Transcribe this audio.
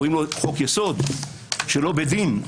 קוראים לו חוק יסוד שלא בדין,